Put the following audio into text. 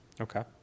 Okay